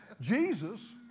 Jesus